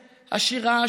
עשירה,